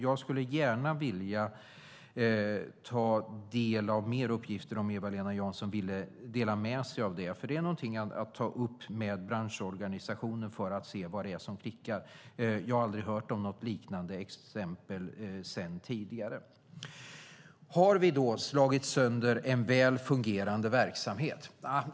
Jag skulle gärna vilja ta del av mer uppgifter, om Eva-Lena Jansson vill dela med sig av det. Det är någonting att ta upp med branschorganisationen för att se vad det är som klickar. Jag har aldrig hört om något liknande exempel tidigare. Har vi då slagit sönder en väl fungerande verksamhet?